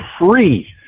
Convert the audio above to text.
free